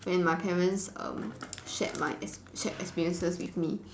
when my parents um shared my shared experiences with me